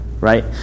Right